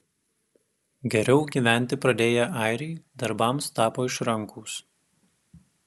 geriau gyventi pradėję airiai darbams tapo išrankūs